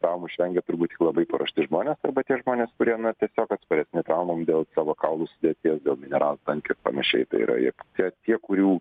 traumų išvengia turbūt tik labai paruošti žmonės arba tie žmonės kurie na tiesiog atsparesni traumom dėl savo kaulų sudėties dėl mineral tankių ir panašiai tai yra jie čia tie kurių